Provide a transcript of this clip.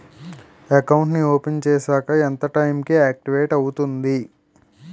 Account నీ open చేశాక ఎంత టైం కి ఆక్టివేట్ అవుతుంది?